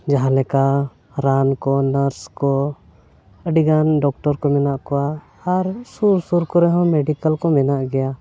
ᱡᱟᱦᱟᱸ ᱞᱮᱠᱟ ᱨᱟᱱ ᱠᱚ ᱱᱟᱨᱥ ᱠᱚ ᱟᱹᱰᱤ ᱜᱟᱱ ᱰᱚᱠᱴᱚᱨ ᱠᱚ ᱢᱮᱱᱟᱜ ᱠᱚᱣᱟ ᱟᱨ ᱥᱩᱨ ᱥᱩᱨ ᱠᱚᱨᱮ ᱦᱚᱸ ᱢᱮᱰᱤᱠᱮᱞ ᱠᱚ ᱢᱮᱱᱟᱜ ᱜᱮᱭᱟ